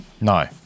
No